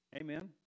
Amen